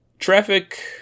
Traffic